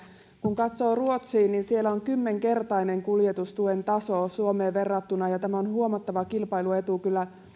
kun katsoo ruotsiin niin siellä on kymmenkertainen kuljetustuen taso suomeen verrattuna ja tämä on kyllä huomattava kilpailuetu